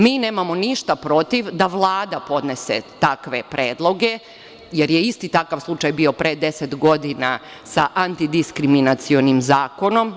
Mi nemamo ništa protiv da Vlada podnese takve predloge, jer je isti takav slučaj bio pre 10 godina sa antidiskriminacionim zakonom.